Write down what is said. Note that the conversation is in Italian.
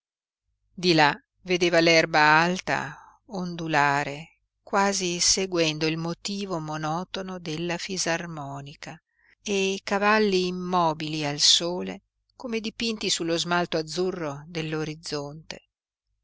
di là vedeva l'erba alta ondulare quasi seguendo il motivo monotono della fisarmonica e i cavalli immobili al sole come dipinti sullo smalto azzurro